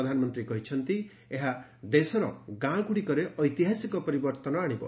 ପ୍ରଧାନମନ୍ତ୍ରୀ କହିଛନ୍ତି ଏହା ଦେଶର ଗାଁ ଗୁଡ଼ିକରେ ଐତିହାସିକ ପରିବର୍ତ୍ତନ ଆଣିବ